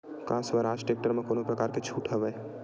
का स्वराज टेक्टर म कोनो प्रकार के छूट हवय?